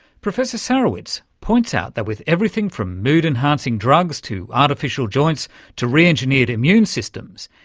professor sarewitz points out that with everything from mood enhancing drugs to artificial joints to re-engineered immune systems,